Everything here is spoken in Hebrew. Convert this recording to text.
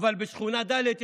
זה קורה במערכת החינוך שלי.